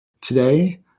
Today